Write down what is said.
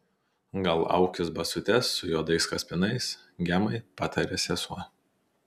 gal aukis basutes su juodais kaspinais gemai patarė sesuo